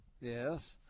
yes